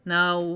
Now